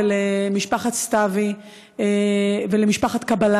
למשפחת סתאוי ולמשפחת שנאן.